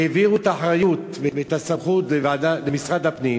העבירו את האחריות ואת הסמכות למשרד הפנים,